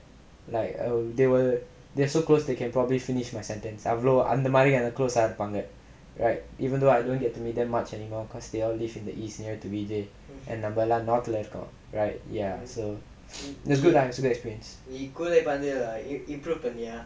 like uh they were they are so close they can probably finish my sentence அவ்ளோ அந்தமாரி அந்த:avlo anthamaari antha close இருப்பாங்க:iruppaanga right even though I don't get to meet them much anymore because they all live in the east near to V_J and நம்மெல்லா:nammellaa north lah இருக்கோம்:irukkom right ya so that's good experience